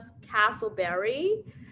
Castleberry